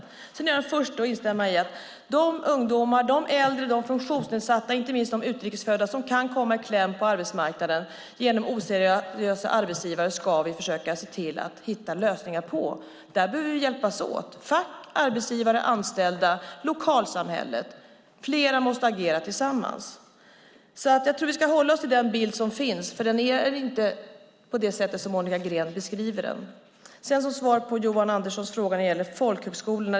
Sedan är jag den första att instämma i att vi ska försöka hitta lösningar för de ungdomar, äldre, funktionsnedsatta och inte minst de utrikes födda som kan komma i kläm på arbetsmarknaden genom oseriösa arbetsgivare. Där behöver vi hjälpas åt, fack, arbetsgivare, anställda och lokalsamhället. Flera måste agera tillsammans. Vi ska hålla oss till den bild som finns. Den är inte som Monica Green beskriver den. Jag ska svara på Johan Anderssons fråga om folkhögskolorna.